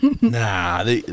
Nah